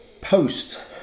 post